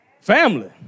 Family